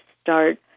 start